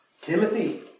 Timothy